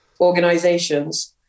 organizations